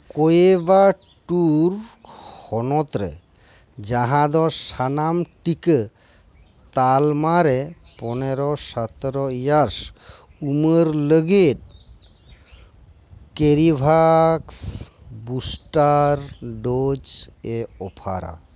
ᱠᱳᱭᱮᱵᱟᱴᱩᱨ ᱦᱚᱱᱚᱛ ᱨᱮ ᱡᱟᱦᱟᱸ ᱫᱚ ᱥᱟᱱᱟᱢ ᱴᱤᱠᱟᱹ ᱛᱟᱞᱢᱟᱨᱮ ᱯᱚᱱᱮᱨᱚ ᱥᱟᱛᱨᱚ ᱤᱭᱟᱨᱥ ᱩᱢᱟᱹᱨ ᱞᱟᱹᱜᱤᱫ ᱠᱮᱨᱤᱵᱷᱟᱠᱥ ᱵᱩᱥᱴᱟᱨ ᱰᱳᱡᱽ ᱮ ᱚᱯᱷᱟᱨ ᱟ